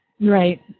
Right